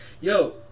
yo